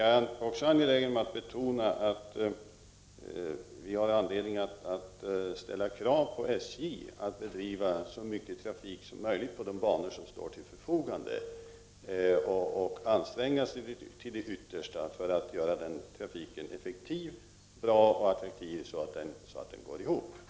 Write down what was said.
Jag är också angelägen om att betona att vi har anledning att ställa krav på SJ att bedriva så mycket trafik som möjligt på de banor som står till förfogande och att anstränga sig till det yttersta för att göra denna trafik effektiv, bra och attraktiv, så att den går ihop ekonomiskt.